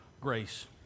grace